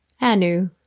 Anu